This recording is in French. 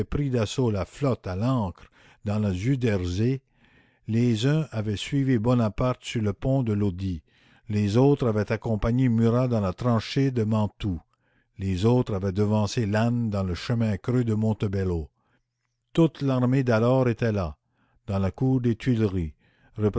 pris d'assaut la flotte à l'ancre dans le zuyderzée les uns avaient suivi bonaparte sur le pont de lodi les autres avaient accompagné murat dans la tranchée de mantoue les autres avaient devancé lannes dans le chemin creux de montebello toute l'armée d'alors était là dans la cour des